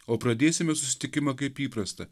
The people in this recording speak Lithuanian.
o pradėsime susitikimą kaip įprasta